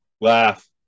Laugh